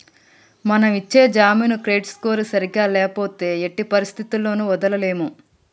మనం ఇచ్చే జామీను క్రెడిట్ స్కోర్ సరిగ్గా ల్యాపోతే ఎట్టి పరిస్థతుల్లోను వదలలేము